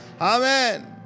Amen